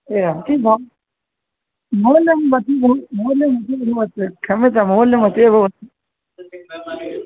एवं भ मौल्यं भवति मौल्यं भवति क्षम्यतां मौल्यं कति भवति